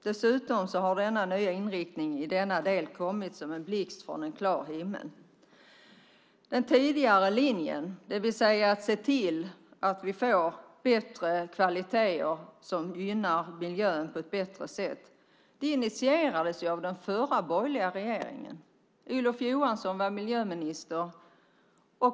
Dessutom har denna nya inriktning kommit som en blixt från klar himmel. Den tidigare linjen, det vill säga att se till att vi får bättre kvaliteter som gynnar miljön på bättre sätt initierades av den förra borgerliga regeringen. Olof Johansson var miljöminister.